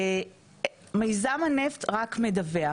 מיזם הנפט רק מדווח.